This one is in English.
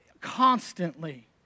constantly